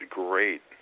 great